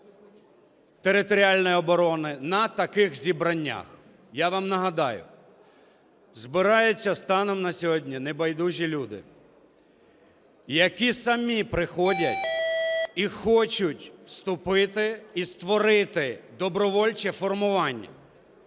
територіальної оборони на таких зібраннях. Я вам нагадаю, збираються станом на сьогодні небайдужі люди, які самі приходять і хочуть вступити і створити добровольче формування.